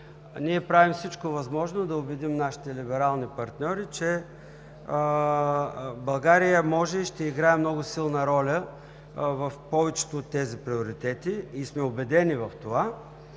ние правим всичко възможно, за да убедим нашите либерални партньори, че България може и ще играе много силна роля в повечето от тези приоритети. Убедени сме в това.